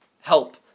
help